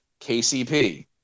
KCP